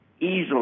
easily